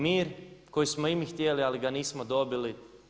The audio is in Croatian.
Mir koji smo i mi htjeli, ali ga nismo dobili.